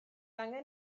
angen